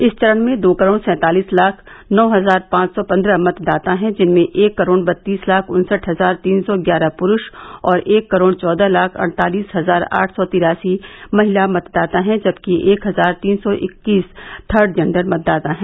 इस चरण में दो करोड़ सैंतालीस लाख नौ हजार पांच सौ पन्द्रह मतदाता है जिनमें एक करोड़ बत्तीस लाख उन्सठ हजार तीन सौ ग्यारह पुरूष और एक करोड़ चौदह लाख अड़तालीस हजार आठ सौ तिरासी महिला मतदाता हैं जबकि एक हजार तीन सौ इक्कीस थर्ड जेंडर मतदाता हैं